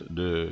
de